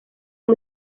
uyu